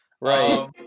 Right